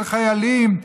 של חיילים.